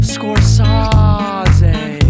Scorsese